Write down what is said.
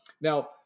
now